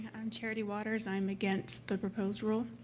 i'm charity waters. i'm against the proposed rule.